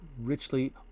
richly